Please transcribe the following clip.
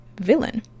villain